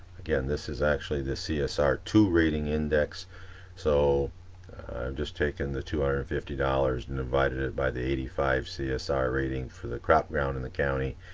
again this is actually the csr two rating index so i'm just taking the two hundred fifty dollars and divided it by the eighty five csr rating for the crop ground in the county,